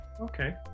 okay